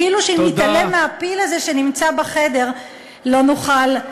כאילו אם נתעלם מהפיל הזה שנמצא בחדר לא נוכל,